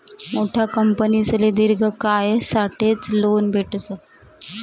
मोठा कंपनीसले दिर्घ कायसाठेच लोन भेटस